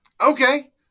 Okay